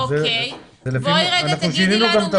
רק להסביר, שינו את